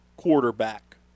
quarterback